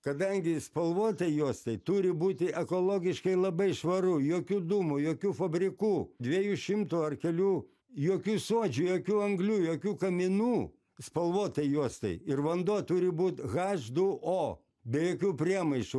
kadangi spalvotai juostai turi būti ekologiškai labai švaru jokių dūmų jokių fabrikų dviejų šimtų ar kelių jokių suodžių jokių anglių jokių kaminų spalvotai juostai ir vanduo turi būt h du o be jokių priemaišų